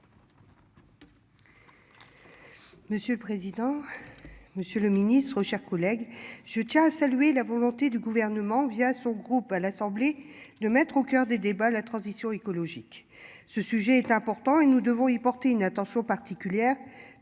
Monsieur le président. Monsieur le Ministre, chers collègues, je tiens à saluer la volonté du gouvernement via son groupe à l'Assemblée de mettre au coeur des débats la transition écologique. Ce sujet est important et nous devons y porter une attention particulière